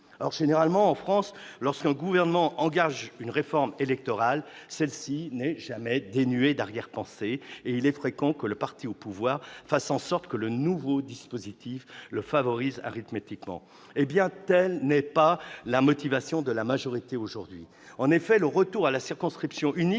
autres. Généralement en France, lorsqu'un gouvernement engage une réforme électorale, celle-ci n'est jamais dénuée d'arrière-pensées, et il est en fréquent que le parti au pouvoir fasse en sorte que le nouveau dispositif le favorise arithmétiquement. Eh bien, telle n'est pas la motivation de la majorité aujourd'hui ! En effet, le retour à la circonscription unique